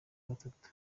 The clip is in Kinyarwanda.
gatatu